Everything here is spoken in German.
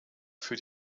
für